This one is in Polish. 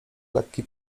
lekki